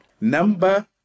number